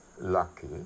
lucky